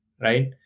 right